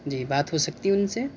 جی بات ہو سکتی ہے ان سے